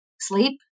sleep